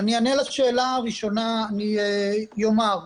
אני אענה לשאלה הראשונה ואני אומר,